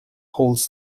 holds